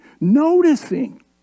noticing